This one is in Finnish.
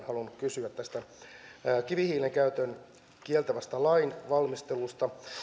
halunnut kysyä kivihiilen käytön kieltävästä lainvalmistelusta